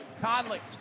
Conley